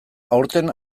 aurten